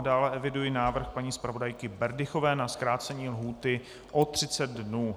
Dále eviduji návrh paní zpravodajky Berdychové na zkrácení lhůty o 30 dnů.